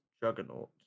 Juggernaut